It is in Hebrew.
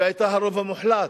שהיתה הרוב המוחלט.